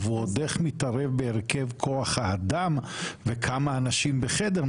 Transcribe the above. הוא ועוד איך מתערב בהרכב כוח האדם וכמה אנשים בחדר,